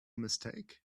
mistake